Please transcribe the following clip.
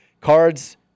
Cards